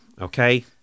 okay